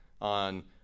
on